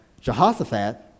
Jehoshaphat